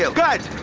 so guy's